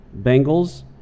Bengals